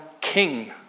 king